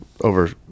over